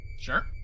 Sure